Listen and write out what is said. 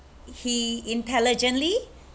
he intelligently